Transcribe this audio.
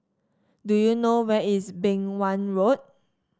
do you know where is Beng Wan Road